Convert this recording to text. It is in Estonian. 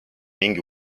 mingi